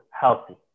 healthy